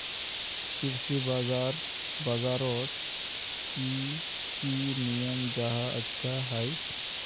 कृषि बाजार बजारोत की की नियम जाहा अच्छा हाई?